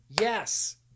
Yes